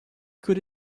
could